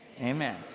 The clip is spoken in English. Amen